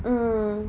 um